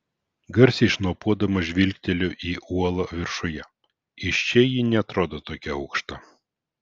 garsiai šnopuodama žvilgteliu į uolą viršuje iš čia ji neatrodo tokia aukšta